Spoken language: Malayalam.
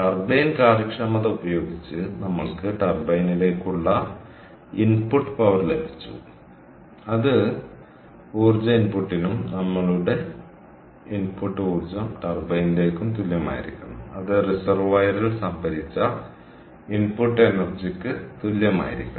ടർബൈൻ കാര്യക്ഷമത ഉപയോഗിച്ച് നമ്മൾക്ക് ടർബൈനിലേക്കുള്ള ഇൻപുട്ട് പവർ ലഭിച്ചു അത് ഊർജ്ജ ഇൻപുട്ടിനും നമ്മളുടെ ഇൻപുട്ട് ഊർജ്ജം ടർബൈനിലേക്കും തുല്യമായിരിക്കണം അത് റിസർവോയറിൽ സംഭരിച്ച ഇൻപുട്ട് എനർജിക്ക് തുല്യമായിരിക്കണം